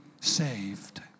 saved